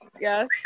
Yes